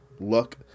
look